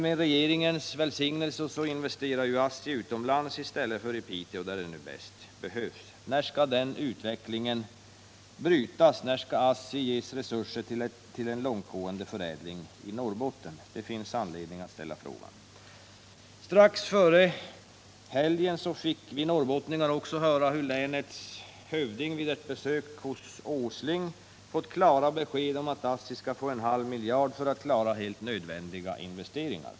Med regeringens välsignelse investerar ASSI utomlands i stället för i Piteå, där det bäst skulle behövas. När skall den utvecklingen brytas? När skall ASSI ges resurser till en långtgående förädling i Norrbotten? Det finns anledning att ställa den frågan. Strax före helgen fick vi norrbottningar också i radio höra hur länets hövding vid ett besök hos Nils Åsling fått klara besked om att ASSI skall få en halv miljard för att kunna klara sina nödvändiga investeringar.